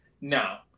Now